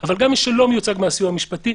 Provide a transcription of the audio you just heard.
אבל גם מי שלא מיוצג על-ידי הסיוע המשפטי,